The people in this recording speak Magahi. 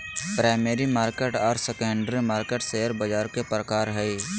प्राइमरी मार्केट आर सेकेंडरी मार्केट शेयर बाज़ार के प्रकार हइ